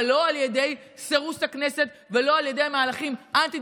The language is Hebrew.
אבל לא על ידי סירוס הכנסת ולא על ידי מהלכים אנטי-דמוקרטיים.